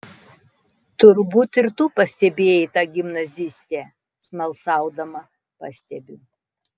turbūt ir tu pastebėjai tą gimnazistę smalsaudama pastebiu